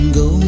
go